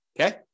okay